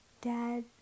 dad